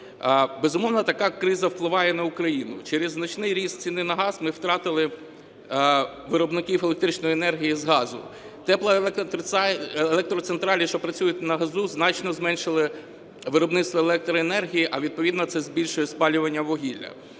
Безумовно, така криза впливає на Україну. Через значний ріст ціни на газ, ми втратили виробників електричної енергії з газу. Теплоелектроцентралі, що працюють на газу, значно зменшили виробництво електроенергії, а відповідно це збільшує спалювання вугілля.